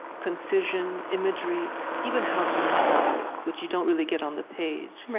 concision, imagery even how to pause, which you don't really get on the page